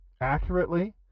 accurately